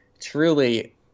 truly